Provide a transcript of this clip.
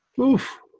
Oof